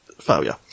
Failure